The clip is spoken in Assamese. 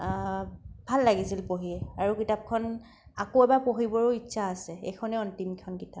ভাল লাগিছিল পঢ়ি আৰু কিতাপখন আকৌ এবাৰ পঢ়িবৰো ইচ্ছা আছে এইখনেই অন্তিমখন কিতাপ